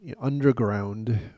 underground